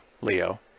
Leo